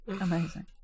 Amazing